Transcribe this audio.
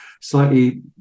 slightly